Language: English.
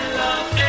love